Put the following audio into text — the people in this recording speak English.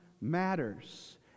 matters